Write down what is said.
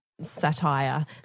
satire